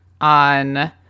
on